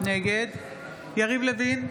נגד יריב לוין,